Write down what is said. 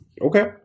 Okay